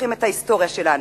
שוכחים את ההיסטוריה שלנו.